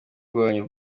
rwanyu